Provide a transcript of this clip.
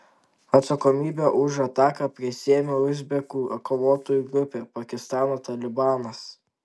atsakomybę už ataką prisiėmė uzbekų kovotojų grupė pakistano talibanas